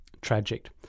Tragic